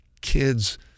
kids